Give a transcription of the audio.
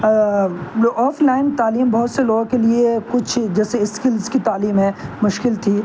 offline تعلیم بہت سے لوگوں کے لیے کچھ جیسے اسکلس کی تعلیم ہے مشکل تھی